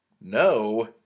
No